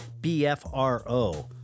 BFRO